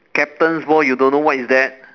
captain's ball you don't know what is that